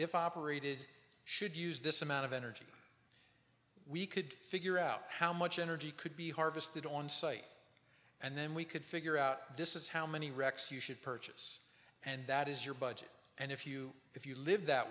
if operated should use this amount of energy we could figure out how much energy could be harvested on site and then we could figure out this is how many wrecks you should purchase and that is your budget and if you if you live that